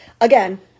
again